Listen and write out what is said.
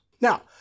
Now